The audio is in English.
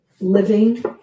living